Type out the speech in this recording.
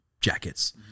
Jackets